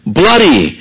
bloody